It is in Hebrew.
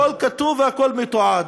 הכול כתוב והכול מתועד.